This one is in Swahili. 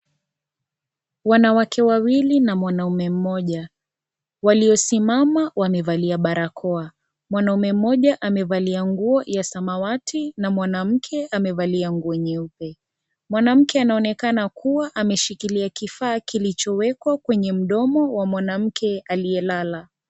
Wanawake wawili na mwanaume mmoja, waliosimama. Wamevalia barakoa. Mwanaume mmoja amevalia nguo ya samawati na mwanamke amevalia nguo nyeupe. Mwanamke anaonekana kuwa, ameshikilia kifaa kilichowekwa mdomo wa mwanamke aliyelala.